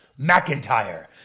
McIntyre